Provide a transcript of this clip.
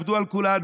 עבדו על כולנו.